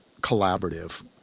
collaborative